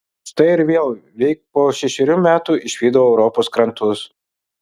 štai ir vėl veik po šešerių metų išvydau europos krantus